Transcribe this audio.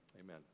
Amen